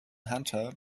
hunter